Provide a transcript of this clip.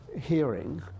hearing